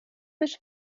but